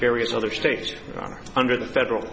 various other states are under the federal